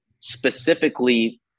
specifically